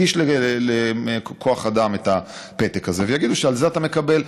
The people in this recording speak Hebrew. יגישו לכוח אדם את הפתק הזה ויגידו: על זה אתה מקבל.